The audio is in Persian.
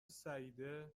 سعیده